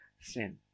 sin